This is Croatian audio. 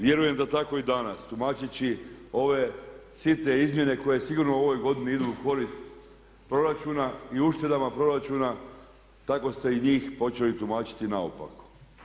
Vjerujem da i tako danas tumačeći ove sitne izmjene koje sigurno u ovoj godini idu u korist proračuna i uštedama proračuna tako ste i njih počeli tumačiti naopako.